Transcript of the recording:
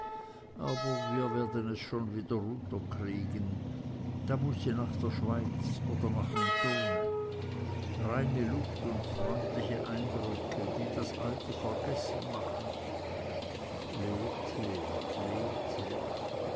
aber wir werden es schon wieder runter kriegen dann muß sie nach der schweiz oder nach mentone reine luft und freundliche eindrücke die das alte vergessen machen lethe